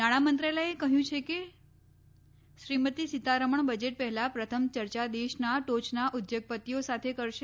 નાણા મંત્રાલયે કહયું છે કે શ્રીમતી સીતારમણ બજેટ પહેલા પ્રથમ ચર્ચા દેશના ટોચના ઉદ્યોગપતિઓ સાથે કરશે